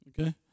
okay